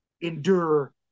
endure